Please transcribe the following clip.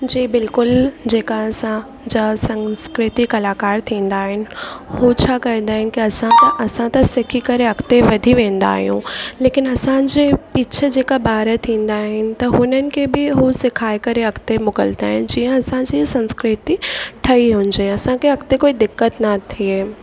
जी बिल्कुलु जेका असां जा संस्कृति जा कलाकार थींदा आहिनि हो छा कंदा आहिनि की असां त असां त सिखी करे अॻिते वधी वेंदा आहियूं लेकिन असांजे पीछे जेका ॿार थींदा आहिनि त हुननि खे बि उहो सिखाए करे अॻिते मोकिलंदा आहिनि जीअं असांजी संस्कृति ठही हुजे असांखे अॻिते कोई दिक़त न थिए